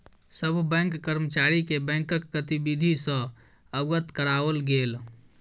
सभ बैंक कर्मचारी के बैंकक गतिविधि सॅ अवगत कराओल गेल